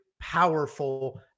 powerful